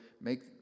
make